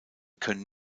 können